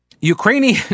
Ukrainian